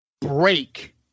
Break